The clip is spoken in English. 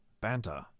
banter